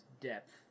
depth